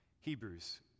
Hebrews